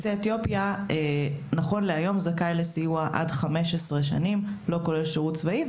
עולה מאתיופיה זכאי לסיוע עד 15 שנים לא כולל שירות צבאי.